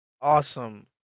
Awesome